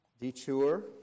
detour